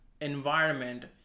environment